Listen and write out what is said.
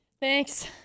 Thanks